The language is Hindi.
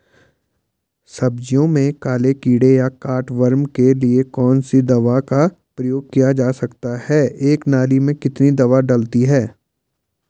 सब्जियों में काले कीड़े या कट वार्म के लिए कौन सी दवा का प्रयोग किया जा सकता है एक नाली में कितनी दवा डालनी है?